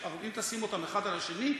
שאם תשים אותם אחד על השני,